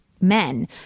men